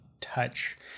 touch